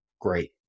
great